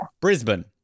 Brisbane